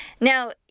Now